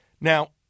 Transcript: Now